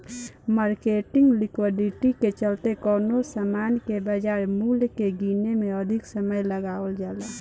marketing liquidity के चलते कवनो सामान के बाजार मूल्य के गीने में अधिक समय लगावल जाला